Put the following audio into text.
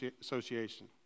Association